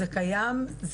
זה קיים,